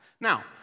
Now